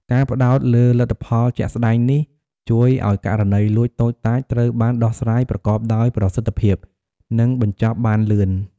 ការផ្តោតលើលទ្ធផលជាក់ស្តែងនេះ ជួយឲ្យករណីលួចតូចតាចត្រូវបានដោះស្រាយប្រកបដោយប្រសិទ្ធភាព និងបញ្ចប់បានលឿន។